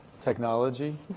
technology